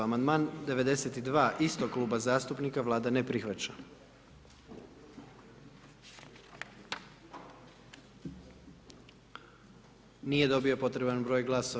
Amandman 92. istog kluba zastupnika, Vlada ne prihvaća. nije dobio potreban broj glasova.